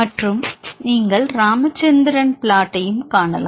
மற்றும் நீங்கள் ராமச்சந்திரன் பிளாட்டையும் காணலாம்